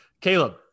Caleb